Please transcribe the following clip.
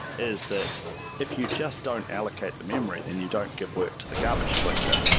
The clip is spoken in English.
is that if you just don't allocate the memory, then you don't give work to the garbage collector.